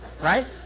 right